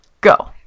Go